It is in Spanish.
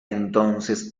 entonces